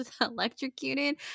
electrocuted